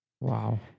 Wow